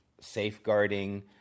safeguarding